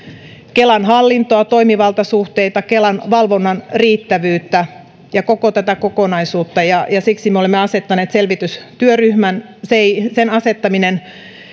kelan hallintoa toimivaltasuhteita kelan valvonnan riittävyyttä ja koko tätä kokonaisuutta siksi me olemme asettaneet selvitystyöryhmän sen asettaminen